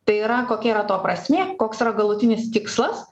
tai yra kokia yra to prasmė koks yra galutinis tikslas